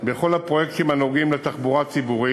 על-ידי נציבות שוויון זכויות